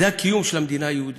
זה הקיום של המדינה היהודית.